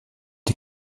die